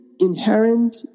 Inherent